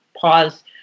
pause